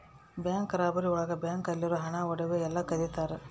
bank robbery ಒಳಗ bank ಅಲ್ಲಿರೋ ಹಣ ಒಡವೆ ಎಲ್ಲ ಕದಿತರ